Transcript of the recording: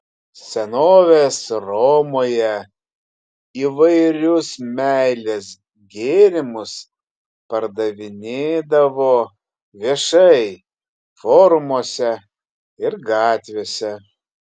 senovės romoje įvairius meilės gėrimus pardavinėdavo viešai forumuose ir gatvėse